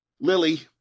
Lily